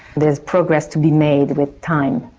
there's progress to be made with time.